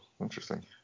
interesting